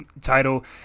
title